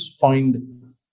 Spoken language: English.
find